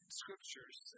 scriptures